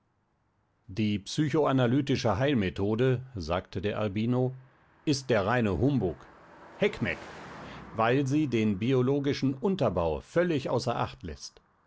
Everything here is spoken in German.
die psychoanalytische heilmethode sagte der albino ist der reine humbug heckmeck weil sie den biologischen unterbau völlig außer acht läßt